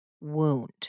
wound